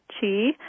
chi